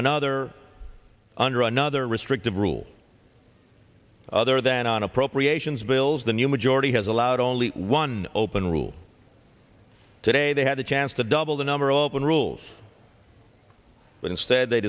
another under another restrictive rule there than on appropriations bills the new majority has allowed only one open rule today they had a chance to double the number open rules but instead they